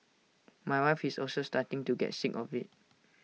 my wife is also starting to get sick of IT